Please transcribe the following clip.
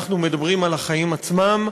אנחנו מדברים על החיים עצמם,